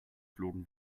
flogen